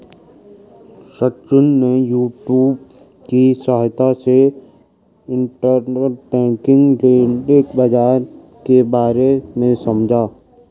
सचिन ने यूट्यूब की सहायता से इंटरबैंक लैंडिंग बाजार के बारे में समझा